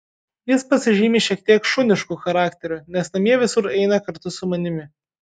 jis pasižymi šiek tiek šunišku charakteriu nes namie visur eina kartu su manimi